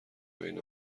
بین